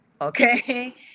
Okay